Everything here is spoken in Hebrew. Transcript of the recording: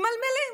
ממלמלים: